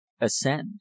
ascend